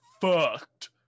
Fucked